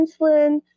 insulin